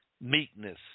Meekness